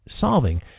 solving